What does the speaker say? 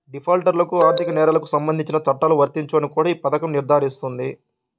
డిఫాల్టర్లకు ఆర్థిక నేరాలకు సంబంధించిన చట్టాలు వర్తించవని కూడా ఈ పథకం నిర్ధారిస్తుంది